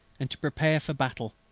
and to prepare for battle.